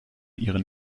ihren